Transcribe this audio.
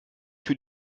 für